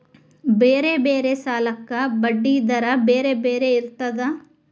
ಬೇರೆ ಬೇರೆ ಸಾಲಕ್ಕ ಬಡ್ಡಿ ದರಾ ಬೇರೆ ಬೇರೆ ಇರ್ತದಾ?